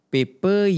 Paper